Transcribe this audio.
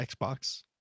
Xbox